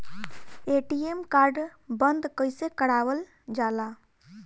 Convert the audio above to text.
ATM card बन्द कईसे करावल जाला?